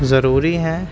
ضروری ہیں